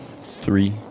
Three